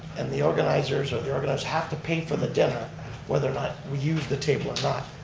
and the organizers, or the organizer have to pay for the dinner whether or not we use the table or not.